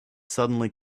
suddenly